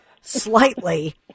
slightly